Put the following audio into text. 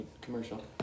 commercial